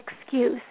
excuse